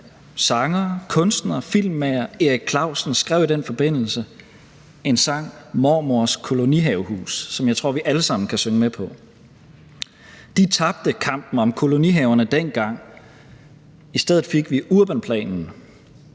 sanger, kunstner og filmmager Erik Clausen skrev i den forbindelse en sang, »Mormors Kolonihavehus«, som jeg tror vi alle sammen kan synge med på. De tabte kampen om kolonihaverne dengang. I stedet fik vi Urbanplanen,